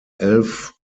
elf